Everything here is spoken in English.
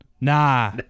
nah